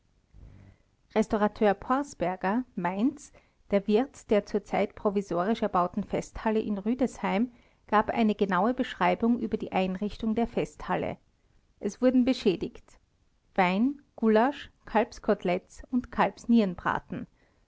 restaurateur porsberger mainz der wirt der zur zeit provisorisch erbauten festhalle in rüdesheim gab eine genaue beschreibung über die einrichtung der festhalle es wurden beschädigt wein gulasch kalbskotelettes und